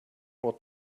more